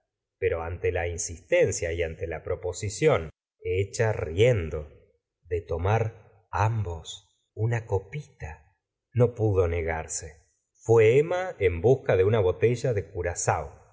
pero ante la insistencia y ante la proposición hecha riendo de tomar ambos una copita no pudo negarse fué emma en busca de una botella de curaao